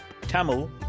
Tamil